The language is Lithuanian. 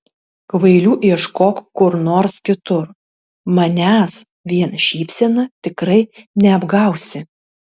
kvailių ieškok kur nors kitur manęs vien šypsena tikrai neapgausi